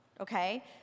Okay